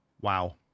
Wow